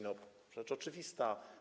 No rzecz oczywista.